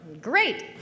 Great